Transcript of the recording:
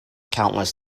countless